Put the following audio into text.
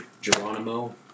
Geronimo